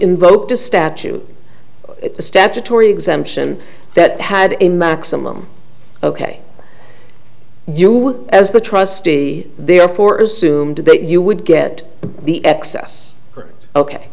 invoked a statute statutory exemption that had a maximum ok you as the trustee therefore assumed that you would get the excess ok